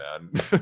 man